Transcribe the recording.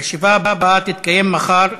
הישיבה הבאה תתקיים מחר,